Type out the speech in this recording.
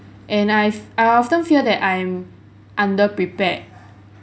and I've I often feel that I'm under-prepared